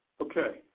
Okay